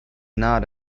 not